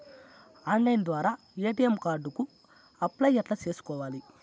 Online ద్వారా ATM card కు apply ఎట్లా సేసుకోవాలి?